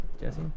Jesse